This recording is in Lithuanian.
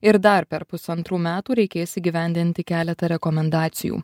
ir dar per pusantrų metų reikės įgyvendinti keletą rekomendacijų